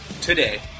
today